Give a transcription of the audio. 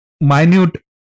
minute